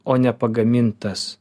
o nepagamintas